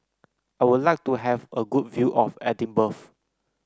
I would like to have a good view of Edinburgh